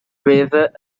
river